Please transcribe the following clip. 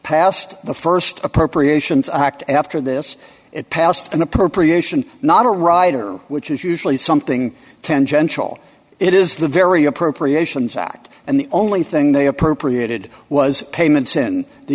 passed the st appropriations act after this it passed an appropriation not a rider which is usually something tangential it is the very appropriations act and the only thing they appropriated was payments in the